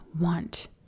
want